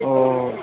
ꯑꯣ